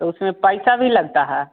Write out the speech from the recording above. तो उसमें पैसा भी लगता है